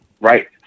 right